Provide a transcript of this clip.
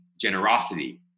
generosity